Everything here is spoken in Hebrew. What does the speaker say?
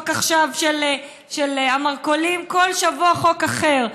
עכשיו חוק המרכולים, כל שבוע חוק אחר.